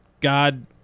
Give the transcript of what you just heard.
God